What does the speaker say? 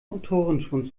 autorenschwund